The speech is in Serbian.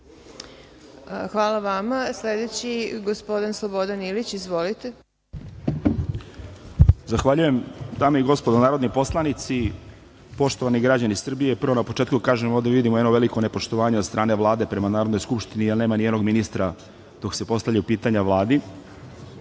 Hvala vama. Reč ima gospodin Slobodan Ilić. Izvolite. **Slobodan Ilić** Zahvaljujem, dame i gospodo narodni poslanici, poštovani građani Srbije, prvo na početku da kažem – ovde vidimo jedno veliko nepoštovanje od strane Vlade prema Narodnoj skupštini, jer nema nijednog ministra dok se postavljaju pitanja Vladi.